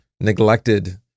neglected